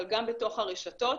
אבל גם בתוך הרשתות.